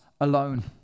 alone